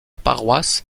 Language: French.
paroisse